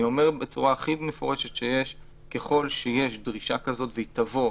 אני אומר בצורה הכי מפורשת שככל שיש דרישה כזאת והיא תבוא,